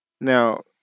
Now